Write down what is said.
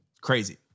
Crazy